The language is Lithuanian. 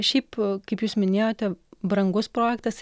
šiaip kaip jūs minėjote brangus projektas